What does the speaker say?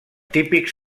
típics